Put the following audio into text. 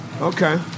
Okay